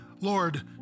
Lord